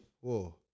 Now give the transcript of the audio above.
Whoa